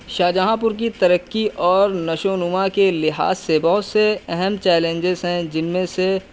شاہجہانپور کی ترقی اور نشو و نما کے لحاظ سے بہت سے اہم چیلنجز ہیں جن میں سے